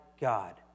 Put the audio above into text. God